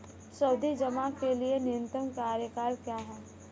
सावधि जमा के लिए न्यूनतम कार्यकाल क्या है?